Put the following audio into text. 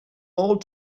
all